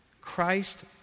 Christ